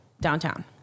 downtown